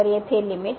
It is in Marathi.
तर येथे लिमिट